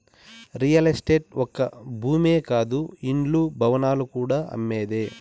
real estate ఒక్క భూమే కాదు ఇండ్లు, భవనాలు కూడా అమ్మేదే